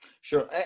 Sure